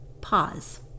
pause